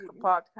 podcast